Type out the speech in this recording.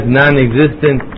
non-existent